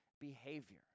behavior